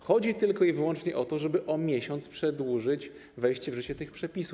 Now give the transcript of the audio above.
Chodzi tylko i wyłącznie o to, żeby o miesiąc przedłużyć wejście w życie tych przepisów.